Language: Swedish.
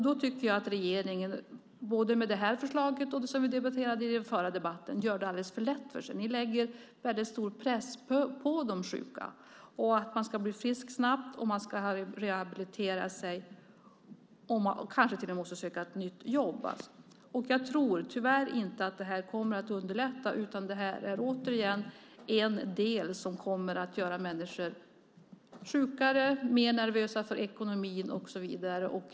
Då tycker jag att regeringen både med det här förslaget och med det som vi diskuterade i den förra debatten, gör det väldigt lätt för sig. Ni sätter väldigt stor press på de sjuka, på att man ska bli frisk snabbt och att man ska rehabilitera sig och kanske till och med också söka ett nytt jobb. Jag tror tyvärr inte att det här kommer att underlätta, utan det här är återigen en del som kommer att göra människor sjukare, mer nervösa för ekonomin och så vidare.